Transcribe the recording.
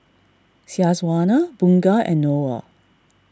Syazwani Bunga and Noah